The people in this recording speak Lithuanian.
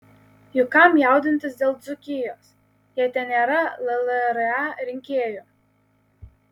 juk kam jaudintis dėl dzūkijos jei ten nėra llra rinkėjų